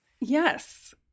Yes